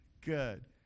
Good